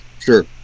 Sure